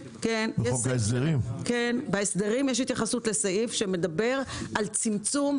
בחוק ההסדרים יש סעיף שמדבר על צמצום,